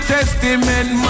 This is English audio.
Testament